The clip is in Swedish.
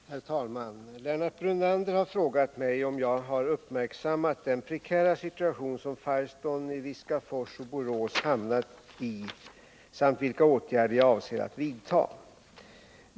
och anförde: Herr talman! Lennart Brunander har frågat mig om jag har uppmärksammat den prekära situation som Firestone i Viskafors och Borås hamnat i samt vilka åtgärder jag avser att vidta.